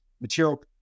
material